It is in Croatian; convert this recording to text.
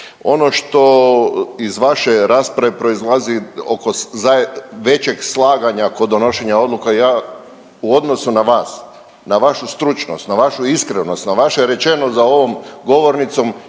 Ono što iz vaše rasprave proizlazi oko većeg slaganja kod donošenja odluka ja u odnosu na vas, na vašu stručnost, na vašu iskrenost, na vaše rečeno za ovom govornicom